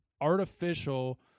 artificial